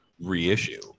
reissue